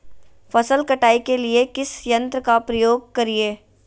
फसल कटाई के लिए किस यंत्र का प्रयोग करिये?